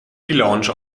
lounge